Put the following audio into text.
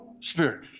Spirit